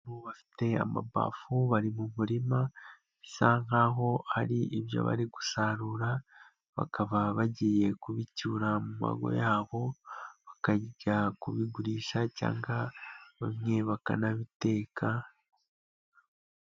Bafite amabafu bari mu murima bisa nkaho hari ibyo bari gusarura, bakaba bagiye kubicyura mu mago yabo bakajya kubigurisha cyangwa bamwe bakanabiteka.